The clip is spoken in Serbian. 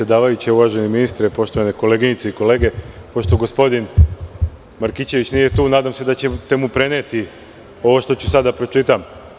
Uvaženi ministre, poštovane koleginice i kolege, pošto gospodin Markićević nije tu, nadam se da ćete mu preneti ovo što ću sada da pročitam.